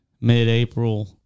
mid-April